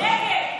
נגד.